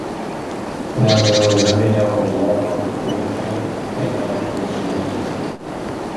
nenujausdami nieko blogo grifai ėmė leistis žemyn